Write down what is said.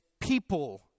people